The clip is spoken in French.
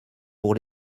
pour